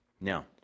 Now